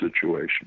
situation